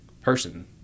person